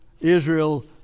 Israel